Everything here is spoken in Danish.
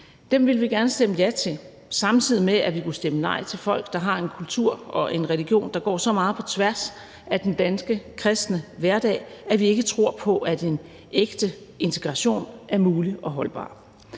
Dem ville vi gerne stemme ja til, samtidig med at vi kunne stemme nej til folk, der har en kultur og en religion, der går så meget på tværs af den danske kristne hverdag, at vi ikke tror på, at en ægte integration er mulig og holdbar